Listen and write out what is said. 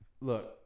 Look